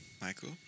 Michael